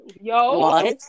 Yo